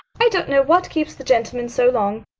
i don't know what keeps the gentlemen so long.